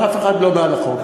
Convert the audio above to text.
אף אחד לא מעל החוק,